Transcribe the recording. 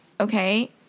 okay